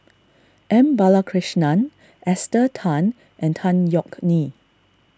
M Balakrishnan Esther Tan and Tan Yeok Nee